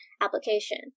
application